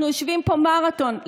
אנחנו יושבים פה במרתון,